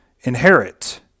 inherit